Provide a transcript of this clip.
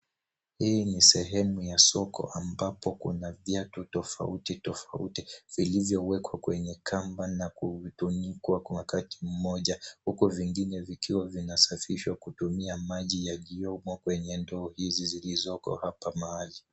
Hii ni sehemu ya soko ambapo kuna viatu tofauti tofauti vilivyowekwa kwenye kamba na kutunikwa kwa wakati mmoja huku vingine vikiwa vinasafishwa kutumia maji yaliyomo kwenye ndoo hizi zilizoko hapa mahali.